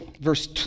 verse